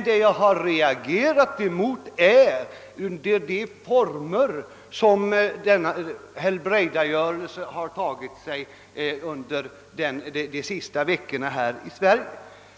Vad jag har reagerat mot är de former under vilka denna helbrägdagörelse har bedrivits de senaste veckorna i Sverige.